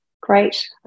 great